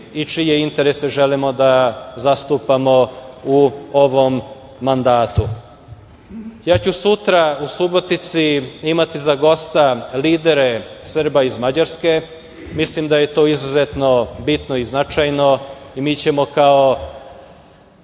i čije interese želimo da zastupamo u ovom mandatu. Ja ću sutra u Subotici imati za gosta lidere Srba iz Mađarske. Mislim da je to izuzetno bitno i značajno i mi ćemo kao